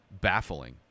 baffling